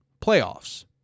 playoffs